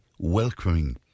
welcoming